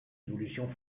évolution